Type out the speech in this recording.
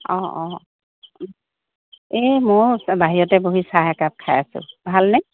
অ' অ' এই মইও বাহিৰতে বহি চাহ একাপ খাই আছোঁ ভালনে